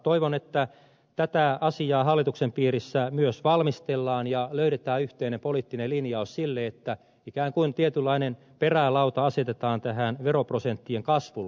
toivon että tätä asiaa hallituksen piirissä myös valmistellaan ja löydetään yhteinen poliittinen linjaus sille että ikään kuin tietynlainen perälauta asetetaan tähän veroprosenttien kasvulle